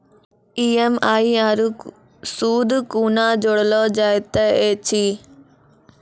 EMI आरू सूद कूना जोड़लऽ जायत ऐछि?